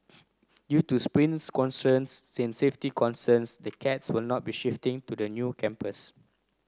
due to space constraints safety concerns the cats will not be shifting to the new campus